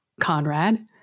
Conrad